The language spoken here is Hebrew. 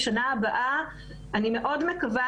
בשנה הבאה אני מאוד מקווה